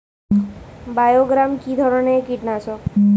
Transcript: বায়োগ্রামা কিধরনের কীটনাশক?